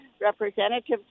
representatives